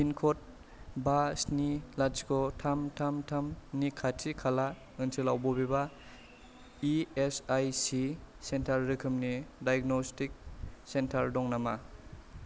पिनक'ड बा स्नि लाथिख' थाम थाम थाम नि खाथि खाला ओनसोलाव बबेबा E S I C centre रोखोमनि डाइग'नस्टिक सेन्टार दं नामा